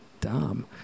dumb